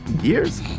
Years